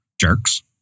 jerks